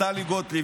גוטליב,